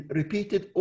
repeated